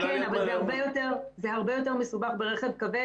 היא יכולה --- זה הרבה יותר מסובך ברכב כבד.